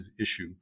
issue